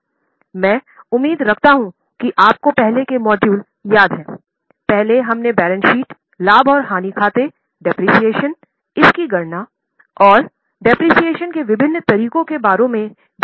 मैं उम्मीद करता हूँ कि आप को पहले के मॉड्यूल याद है पहले हमने बैलेंस शीट लाभ और हानि खातेमूल्यह्रासके विभिन्न तरीकों के बारे में भी चर्चा की